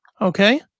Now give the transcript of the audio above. Okay